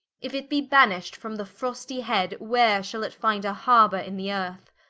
if it be banisht from the frostie head, where shall it finde a harbour in the earth?